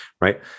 right